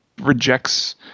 rejects